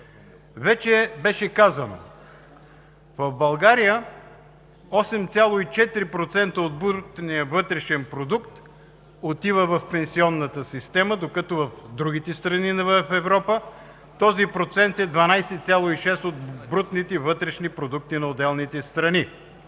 Вече беше казано, че в България 8,4% от брутния вътрешен продукт отива в пенсионната система, докато в другите страни от Европа този процент е 12,6% от брутния вътрешен продукт на отделните страни.